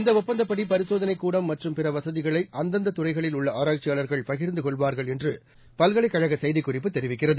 இந்த ஒப்பந்தப்படி பரிசோதனைக் கூடம் மற்றும் பிற வசதிகளை அந்தந்த துறைகளில் உள்ள ஆராய்ச்சியாளர்கள் பகிர்ந்து கொள்வார்கள் என்று பல்கலைக் கழக செய்திக்குறிப்பு தெரிவிக்கிறது